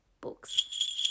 books